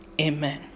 Amen